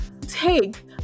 take